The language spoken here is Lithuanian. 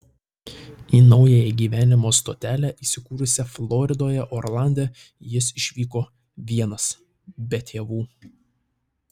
į naująją gyvenimo stotelę įsikūrusią floridoje orlande jis išvyko vienas be tėvų